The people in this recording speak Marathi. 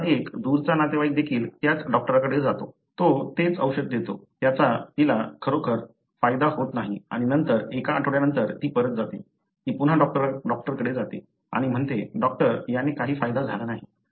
दुसरा एक दूरचा नातेवाईक देखील त्याच डॉक्टरकडे जातो तो तेच औषध देतो त्याचा तिला खरोखर फायदा होत नाही आणि नंतर एक आठवड्यानंतर ती परत जाते ती पुन्हा डॉक्टरकडे जाते आणि म्हणते डॉक्टर याने काही फायदा झाला नाही